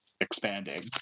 expanding